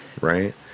right